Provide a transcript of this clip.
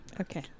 Okay